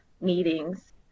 meetings